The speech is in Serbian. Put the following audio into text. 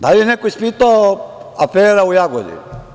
Da li je neko ispitao afera u Jagodini?